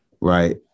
right